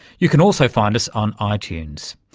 you can also find us on ah itunes.